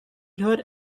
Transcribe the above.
her